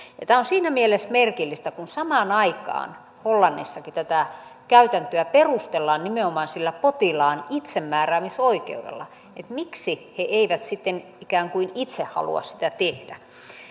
tämä on siinä mielessä merkillistä kun samaan aikaan hollannissakin tätä käytäntöä perustellaan nimenomaan sillä potilaan itsemääräämisoikeudella että miksi he eivät sitten ikään kuin itse halua sitä tehdä